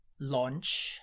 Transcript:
launch